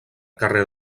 carrer